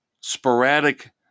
sporadic